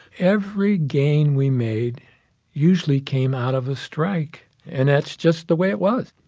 every gain we made usually came out of a strike. and that's just the way it was.